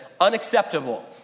unacceptable